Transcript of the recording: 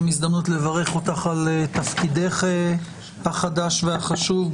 הזדמנות לברך אותך על תפקידך החדש והחשוב.